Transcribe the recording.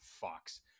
Fox